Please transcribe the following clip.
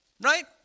right